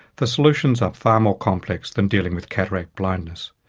the solutions are far more complex than dealing with cataract blindness.